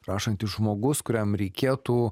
rašantis žmogus kuriam reikėtų